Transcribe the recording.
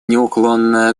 неуклонно